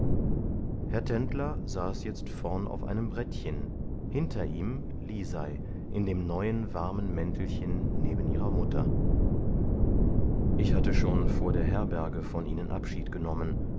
herr tendler saß jetzt vorn auf einem brettchen hinter ihm lisei in dem neuen warmen mäntelchen neben ihrer mutter ich hatte schon vor der herberge von ihnen abschied genommen